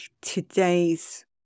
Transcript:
today's